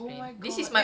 dah lah